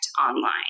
online